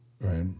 right